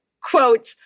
quote